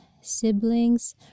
siblings